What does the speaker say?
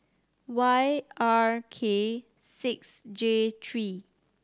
Y R K six J three